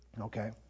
okay